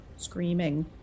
screaming